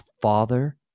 father